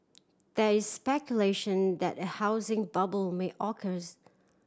there is speculation that a housing bubble may occurs